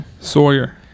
Sawyer